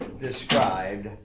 described